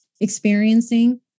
experiencing